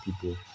people